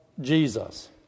Jesus